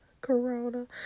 Corona